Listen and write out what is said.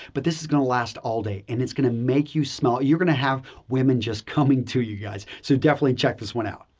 but this is going to last all day and it's going to make you smell you're going to have women just coming to you guys, so definitely check this one out.